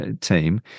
team